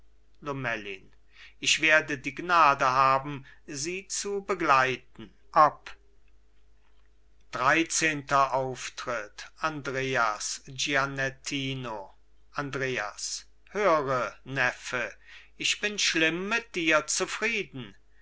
lomellin ich werde die gnade haben sie zu begleiten ab dreizehnter auftritt andreas gianettino andreas höre neffe ich bin schlimm mit dir zufrieden